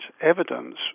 evidence